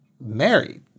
married